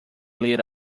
lead